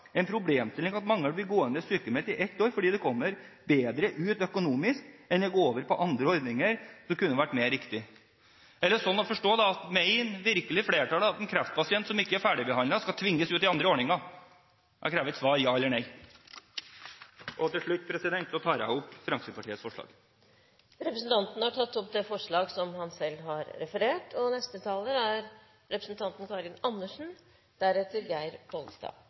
en problemstilling at mange blir gående sykmeldt i ett år fordi de kommer bedre ut økonomisk, enn å gå over på andre ordninger som kanskje kunne være mer riktig.»» Er det sånn å forstå at flertallet virkelig mener at en kreftpasient som ikke er ferdigbehandlet, skal tvinges ut i andre ordninger? Jeg krever et svar: ja eller nei. Til slutt tar jeg opp Fremskrittspartiets forslag. Representanten Robert Eriksson har tatt opp de forslag han refererte til. Utgangspunktet for det forslaget som fremmes i dag, er